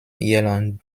irland